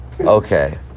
Okay